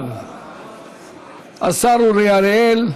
במשולב השר אורי אריאל,